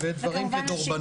תודה, ודברים כדורבנות.